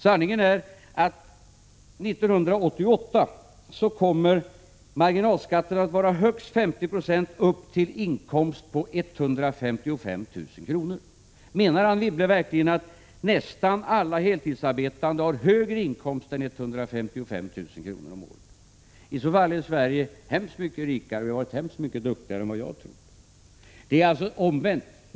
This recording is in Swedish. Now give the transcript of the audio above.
Sanningen är att marginalskatten 1988 kommer att vara högst 50 20 upp till inkomst på 155 000 kr. Menar Anne Wibble verkligen att nästan alla heltidsarbetande har högre inkomst än 155 000 kr. om året? I så fall är Sverige mycket rikare och mycket duktigare än vad jag har trott. Det är alltså omvänt.